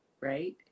right